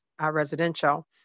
residential